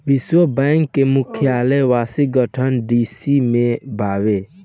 विश्व बैंक के मुख्यालय वॉशिंगटन डी.सी में बावे